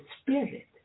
spirit